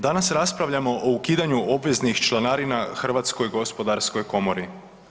Danas raspravljamo o ukidanju obveznih članarina Hrvatskoj gospodarskoj komori.